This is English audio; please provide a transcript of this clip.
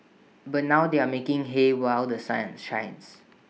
but now they are making hay while The Sun shines